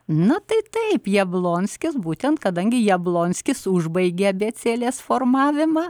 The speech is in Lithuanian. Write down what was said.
na tai taip jablonskis būtent kadangi jablonskis užbaigė abėcėlės formavimą